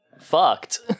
fucked